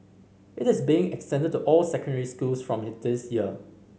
it is being extended to all secondary schools from this year